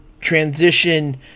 transition